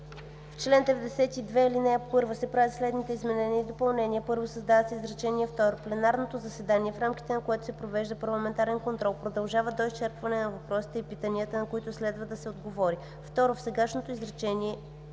„В чл. 92, ал. 1 се правят следните изменения и допълнения: 1. създава се изречение второ: „Пленарното заседание, в рамките на което се провежда парламентарен контрол, продължава до изчерпване на въпросите и питанията, на които следва да се отговори“. 2 в сегашното изречение